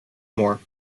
more